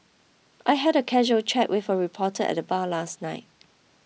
I had a casual chat with a reporter at the bar last night